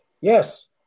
yes